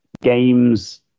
games